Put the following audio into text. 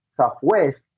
Southwest